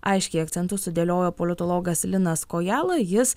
aiškiai akcentus sudėliojo politologas linas kojala jis